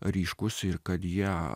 ryškus ir kad jie